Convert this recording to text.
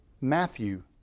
Matthew